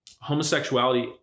homosexuality